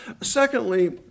Secondly